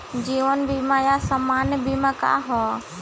जीवन बीमा आ सामान्य बीमा का ह?